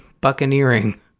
buccaneering